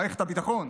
מערכת הביטחון,